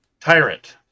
Tyrant